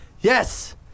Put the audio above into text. Yes